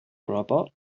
robot